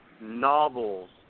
novels